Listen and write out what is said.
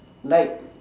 like